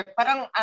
parang